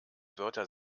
wörter